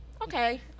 okay